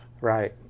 right